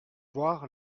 voir